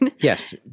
Yes